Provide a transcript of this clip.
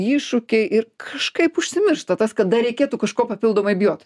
iššūkiai ir kažkaip užsimiršta tas kad dar reikėtų kažko papildomai bijot